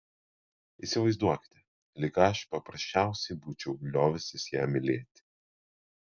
įsivaizduokite lyg aš paprasčiausiai būčiau liovęsis ją mylėti